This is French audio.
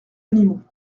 animaux